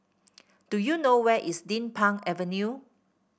do you know where is Din Pang Avenue